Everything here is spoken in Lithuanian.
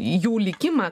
jų likimą